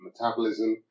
metabolism